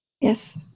yes